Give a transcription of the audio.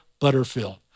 Butterfield